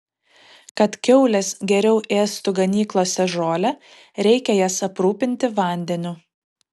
kad kiaulės geriau ėstų ganyklose žolę reikia jas aprūpinti vandeniu